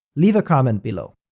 leave a comment below.